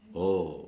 oh